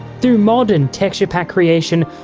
through mod and texturepack creation,